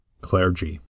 clergy